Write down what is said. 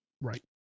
Right